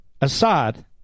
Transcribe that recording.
Assad